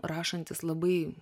rašantis labai